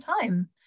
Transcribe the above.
time